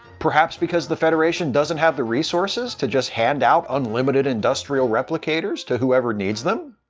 perhaps because the federation doesn't have the resources to just hand out unlimited industrial replicators to whoever needs them?